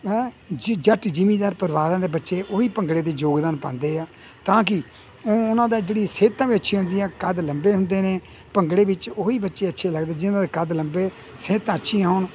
ਹੈਂਅ ਜਿ ਜੱਟ ਜਿਮੀਦਾਰ ਪਰਿਵਾਰਾਂ ਦੇ ਬੱਚੇ ਉਹ ਵੀ ਭੰਗੜੇ ਦੇ ਯੋਗਦਾਨ ਪਾਉਂਦੇ ਹੈ ਤਾਂ ਕਿ ਉਹ ਉਨ੍ਹਾਂ ਦਾ ਜਿਹੜੀ ਸਿਹਤਾਂ ਵੀ ਅੱਛੀਆਂ ਹੁੰਦੀਆਂ ਕੱਦ ਲੰਬੇ ਹੁੰਦੇ ਨੇ ਭੰਗੜੇ ਵਿੱਚ ਉਹ ਹੀ ਬੱਚੇ ਅੱਛੇ ਲੱਗਦੇ ਜਿਹਨਾਂ ਦੇ ਕੱਦ ਲੰਬੇ ਸਿਹਤਾਂ ਅੱਛੀਆਂ ਹੋਣ